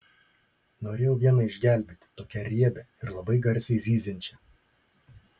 norėjau vieną išgelbėti tokią riebią ir labai garsiai zyziančią